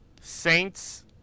Saints